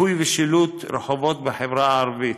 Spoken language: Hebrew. מיפוי ושילוט רחובות בחברה הערבית,